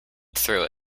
through